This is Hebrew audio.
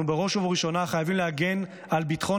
אנחנו חייבים להגן בראש ובראשונה על ביטחון